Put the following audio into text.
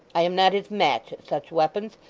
i am not his match at such weapons,